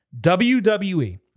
WWE